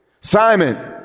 Simon